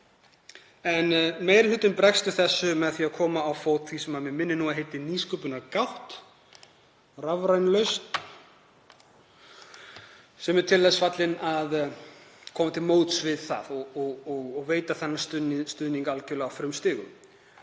Meiri hlutinn bregst við þessu með því að koma á fót því sem mig minnir að heiti nýsköpunargátt, rafræn lausn, sem er til þess fallin að koma til móts við þetta og veita þannig stuðning algerlega á frumstigum.